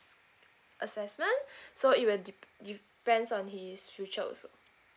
assessment so it will de~ depends on his future also